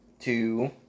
two